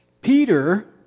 Peter